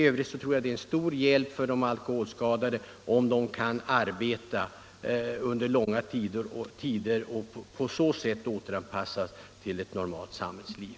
Det är dock en stor hjälp för de alkoholskadade om de kan återgå till ett arbete och på så sätt återanpassas i ett normalt samhällsliv.